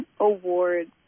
awards